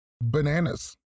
Bananas